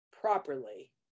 properly